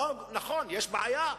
נכון, יש בעיה,